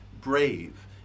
brave